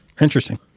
interesting